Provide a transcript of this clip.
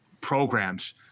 programs